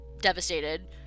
devastated